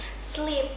sleep